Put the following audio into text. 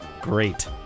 great